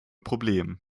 problem